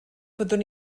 fyddwn